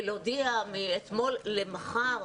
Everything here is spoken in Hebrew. ולהודיע מאתמול למחר.